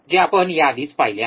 जे आपण या आधीच पाहिले आहे